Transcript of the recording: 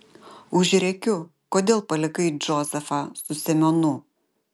užrėkiu kodėl palikai džozefą su semionu